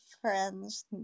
friends